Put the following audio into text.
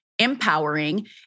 Empowering